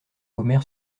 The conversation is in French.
omer